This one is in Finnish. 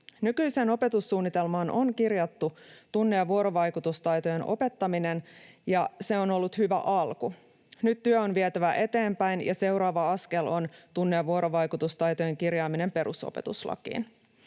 Nykyiseen opetussuunnitelmaan on kirjattu tunne‑ ja vuorovaikutustaitojen opettaminen, ja se on ollut hyvä alku. Nyt työ on vietävä eteenpäin, ja seuraava askel on tunne‑ ja vuorovaikutustaitojen kirjaaminen perusopetuslakiin.